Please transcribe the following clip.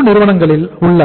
பெருநிறுவனங்களில் உள்ள